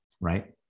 right